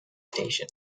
station